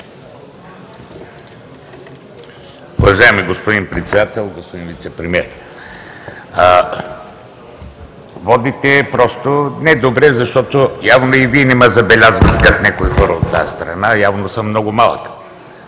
Уважаеми господин Председател, господин Вицепремиер! Водите недобре, защото явно и Вие не ме забелязвате, както някои хора от тази страна, явно съм много малък.